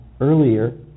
earlier